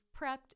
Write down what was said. prepped